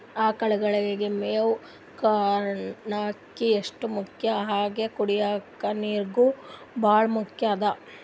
ಆಕಳಗಳಿಗ್ ಮೇವ್ ಕಣಕಿ ಎಷ್ಟ್ ಮುಖ್ಯ ಹಂಗೆ ಕುಡ್ಲಿಕ್ ನೀರ್ನೂ ಭಾಳ್ ಮುಖ್ಯ ಅದಾ